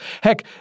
Heck